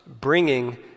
bringing